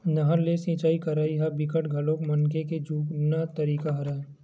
नहर ले सिचई करई ह बिकट घलोक मनखे के जुन्ना तरीका हरय